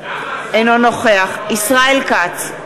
אינו נוכח ישראל כץ,